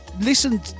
listen